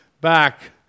back